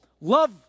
Love